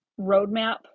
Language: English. roadmap